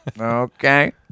Okay